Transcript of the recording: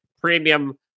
premium